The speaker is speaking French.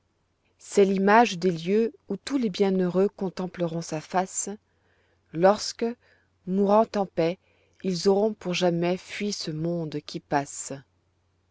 c'est l'image des lieux où tous les bienheureux contempleront sa face lorsque mourant en paix ils auront pour jamais fui ce monde qui passe